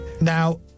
Now